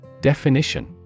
Definition